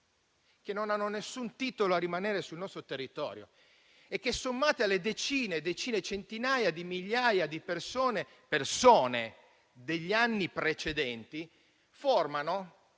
che non hanno nessun titolo a rimanere sul nostro territorio e che, sommate alle centinaia di migliaia di persone degli anni precedenti, formano